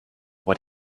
what